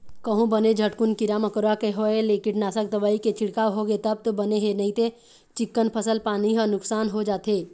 कहूँ बने झटकुन कीरा मकोरा के होय ले कीटनासक दवई के छिड़काव होगे तब तो बने हे नइते चिक्कन फसल पानी ह नुकसान हो जाथे